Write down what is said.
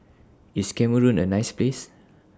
IS Cameroon A nice Place